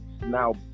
now